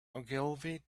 ogilvy